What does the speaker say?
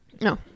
no